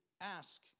ask